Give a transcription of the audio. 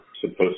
supposed